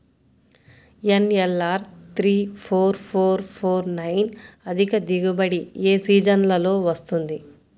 NLR three four four four nine అధిక దిగుబడి ఏ సీజన్లలో వస్తుంది?